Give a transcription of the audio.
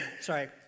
sorry